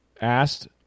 asked